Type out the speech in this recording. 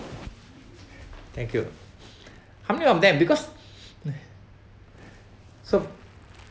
thank you how many of them because so